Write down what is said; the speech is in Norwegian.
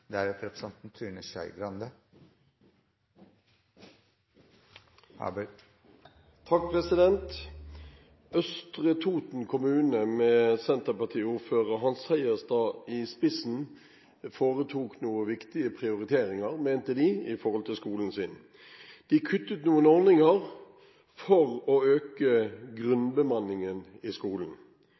Østre Toten kommune med Senterparti-ordfører Hans Seierstad i spissen foretok noen viktige prioriteringer, mente de, i skolen sin. De kuttet noen ordninger for å øke grunnbemanningen i skolen.